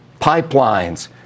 Pipelines